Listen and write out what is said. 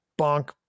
Bonk